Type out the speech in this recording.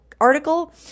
article